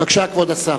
בבקשה, כבוד השר.